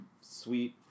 sweet